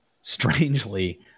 strangely